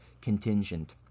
contingent